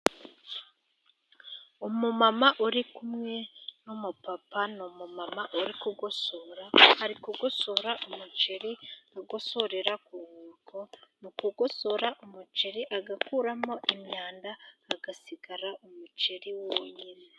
Umumama uri kumwe n'umupapa ni umumama uri kugosora, ari kugosora umuceri agosorera ku nkoko, mu kugosora umuceri agakuramo imyanda hagasigara umuceri wonyine.